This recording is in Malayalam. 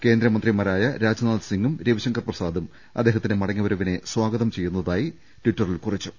കേന്ദ്ര മന്ത്രിമാരായ രാജ്നാഥ്സിംഗും രവിശങ്കർ പ്രസാദും അദ്ദേഹത്തിന്റെ മടങ്ങി വരവിനെ സ്വാഗതം ചെയ്യുന്നതായി ട്വിറ്റിൽ കുറിച്ചു